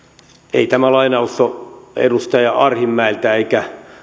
ei tämä lainaus ole edustaja arhinmäeltä eikä